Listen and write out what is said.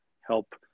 help